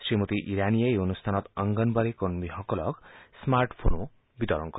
শ্ৰীমতী ইৰাণীয়ে এই অনুষ্ঠানত অংগনবাড়ী কৰ্মীসকলক স্মাৰ্ট ফ'ন বিতৰণ কৰে